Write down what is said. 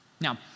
Now